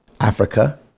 Africa